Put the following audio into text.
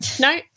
no